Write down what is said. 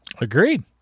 agreed